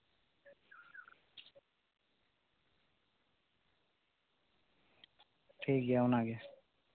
ᱴᱷᱤᱠᱜᱮᱭᱟ ᱚᱱᱟᱜᱮ